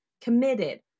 committed